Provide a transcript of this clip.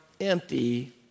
empty